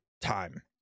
time